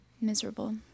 Miserable